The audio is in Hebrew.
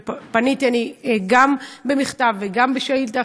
ופניתי גם במכתב וגם בשאילתה,